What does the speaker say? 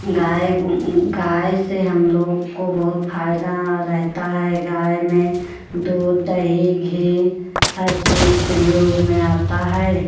गाय गाय से हम लोग को बहुत फायदा रहता है गाय में दूध दही घी हर चीज़ प्रयोग में आता है